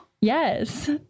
Yes